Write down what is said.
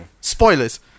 Spoilers